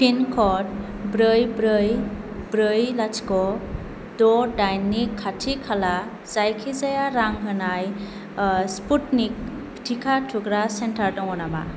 pin code ब्रै ब्रै ब्रै लाथिख' द' दाइननि खाथि खाला जायखिजाया रां होनाय स्पुटनिक टिका थुग्रा सेन्टार दङ नामा